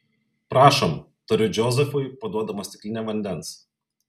prašom tariu džozefui paduodama stiklinę vandens